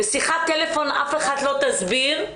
בשיחת טלפון אף אחת לא תסביר.